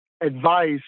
advice